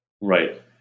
right